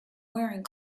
wearing